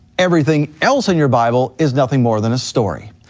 everything else in your bible is nothing more than a story.